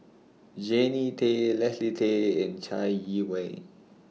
Jannie Tay Leslie Tay and Chai Yee Wei